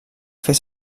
fer